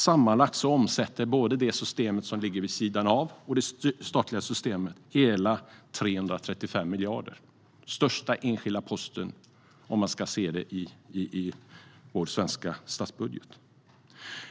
Sammanlagt omsätter det system som ligger vid sidan av och det statliga systemet hela 335 miljarder. Det är den största enskilda posten i vår svenska statsbudget.